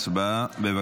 הצבעה.